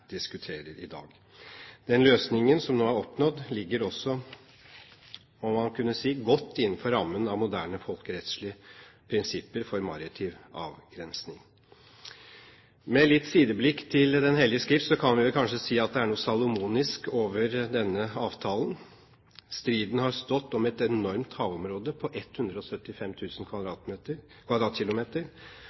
diskuterer i dag. Den løsningen som nå er oppnådd, ligger også – må man kunne si – godt innenfor rammen av moderne folkerettslige prinsipper for maritim avgrensning. Med litt sideblikk til den hellige skrift kan vi kanskje si at det er noe salomonisk over denne avtalen. Striden har stått om et enormt havområde, på